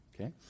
Okay